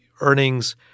earnings